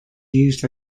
used